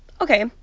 okay